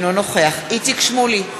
אינו נוכח איציק שמולי,